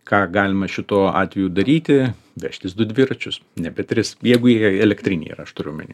ką galima šituo atveju daryti vežtis du dviračius nebe tris jeigu jie elektriniai yra aš turiu omeny